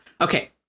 Okay